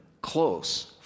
close